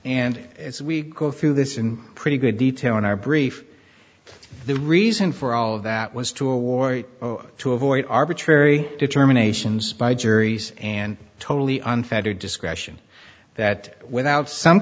and as we go through this in pretty good detail in our brief the reason for all of that was toward to avoid arbitrary determinations by juries and totally unfettered discretion that without some